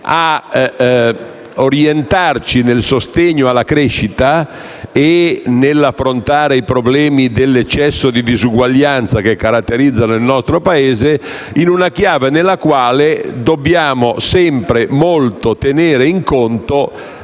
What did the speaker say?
ad orientarci nel sostegno alla crescita e nell'affrontare i problemi dell'eccesso di disuguaglianza, che caratterizzano il nostro Paese, in una chiave nella quale dobbiamo sempre tenere in conto